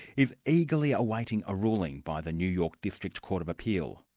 is eagerly awaiting a ruling by the new york district court of appeal,